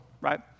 right